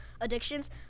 addictions